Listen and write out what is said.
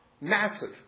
Massive